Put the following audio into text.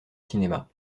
cinéma